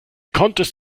konntest